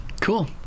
Cool